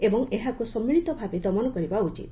ଏବଂ ଏହାକୁ ସମ୍ମିଳିତ ଭାବେ ଦମନ କରିବା ଉଚିତ